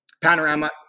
Panorama